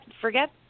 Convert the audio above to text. forget